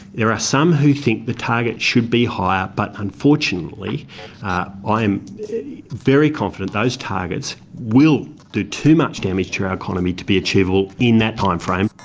there are some who think the target should be higher but unfortunately i am very confident those targets will do too much damage to our economy to be achievable in that timeframe.